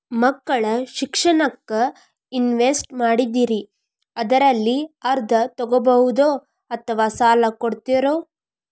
ಮಕ್ಕಳ ಶಿಕ್ಷಣಕ್ಕಂತ ಇನ್ವೆಸ್ಟ್ ಮಾಡಿದ್ದಿರಿ ಅದರಲ್ಲಿ ಅರ್ಧ ತೊಗೋಬಹುದೊ ಅಥವಾ ಸಾಲ ಕೊಡ್ತೇರೊ?